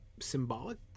symbolic